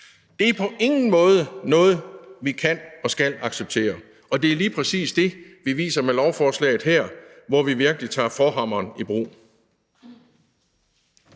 Det er på ingen måde noget, vi kan eller skal acceptere, og det er lige præcis det, vi viser med lovforslaget her, hvor vi virkelig tager forhammeren i brug.